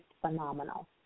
phenomenal